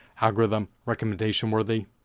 algorithm-recommendation-worthy